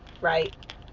right